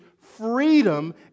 freedom